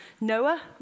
Noah